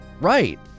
Right